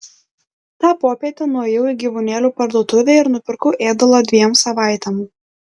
tą popietę nuėjau į gyvūnėlių parduotuvę ir nupirkau ėdalo dviem savaitėms